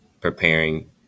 preparing